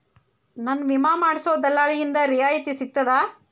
ನನ್ನ ವಿಮಾ ಮಾಡಿಸೊ ದಲ್ಲಾಳಿಂದ ರಿಯಾಯಿತಿ ಸಿಗ್ತದಾ?